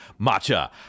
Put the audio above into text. matcha